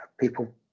people